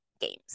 games